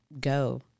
go